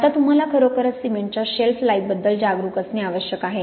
आता तुम्हाला खरोखरच सीमेंटच्या शेल्फ लाइफबद्दल जागरुक असणे आवश्यक आहे